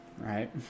Right